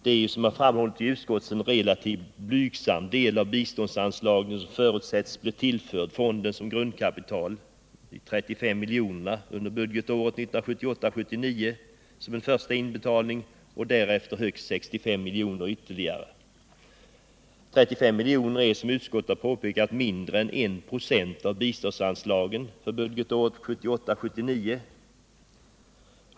Det är ju, som har framhållits i utskottet, en relativt sett mycket blygsam del av biståndsanslagen som förutsätts bli tillförd fonden som grundkapital, nämligen 35 milj.kr. under budgetåret 1978 79.